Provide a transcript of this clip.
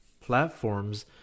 platforms